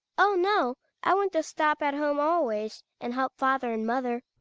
oh, no! i want to stop at home always, and help father and mother.